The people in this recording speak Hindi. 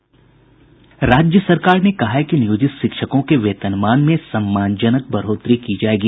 राज्य सरकार ने कहा है कि नियोजित शिक्षकों के वेतनमान में सम्मानजनक बढ़ोत्तरी की जायेगी